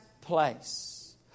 place